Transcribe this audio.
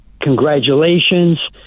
Congratulations